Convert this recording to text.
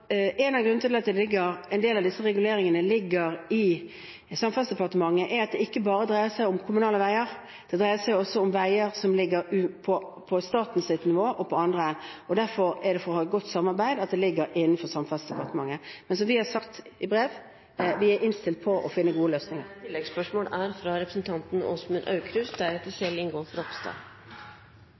det ikke bare dreier seg om kommunale veier. Det dreier seg også om veier på statlig nivå og på andre nivåer. Det er for å ha godt samarbeid at det tilligger Samferdselsdepartementet. Men som vi har sagt i brev: Vi er innstilt på å finne gode løsninger. Åsmund Aukrust – til oppfølgingsspørsmål. Jeg skal innrømme at jeg også er